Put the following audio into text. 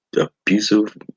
abusive